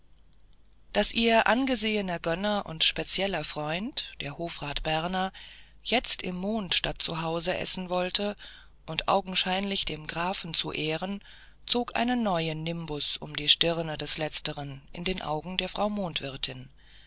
daß ihr angesehener gönner und spezieller freund der hofrat berner jetzt im mond statt zu haus essen wollte und augenscheinlich dem grafen zu ehren zog einen neuen nimbus um die stirne des letzteren in den augen der frau